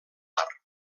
mar